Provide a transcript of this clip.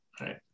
Right